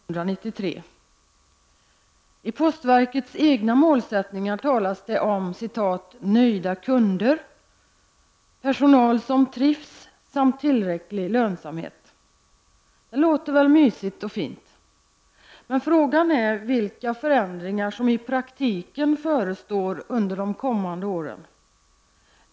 Herr talman! Vår debatt skall handla om inriktningen av posten verksamhet fram till 1993. I postverkets egna målsättningar talas det om ” nöjda kunder, personal som trivs samt tillräcklig lönsamhet”. Det låter väl mysigt och fint. Men frågan är vilka förändringar som i praktiken förestår under de kommande åren.